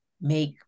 make